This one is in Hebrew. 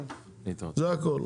זה הכל.